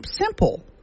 simple